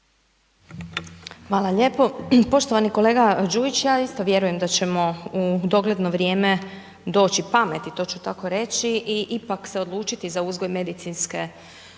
Hvala lijepo. Poštovani kolega Đujić, ja isto vjerujem da ćemo u dogledno vrijeme doći pameti, to ću tako reći i ipak se odlučiti za uzgoj medicinske konoplje